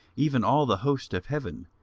even all the host of heaven,